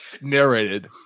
Narrated